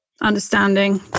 understanding